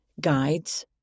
Guides